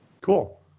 Cool